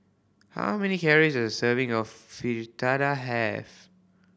how many calories does a serving of Fritada have